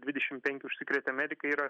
dvidešimt penki užsikrėtę medikai yra